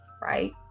Right